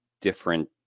different